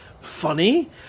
Funny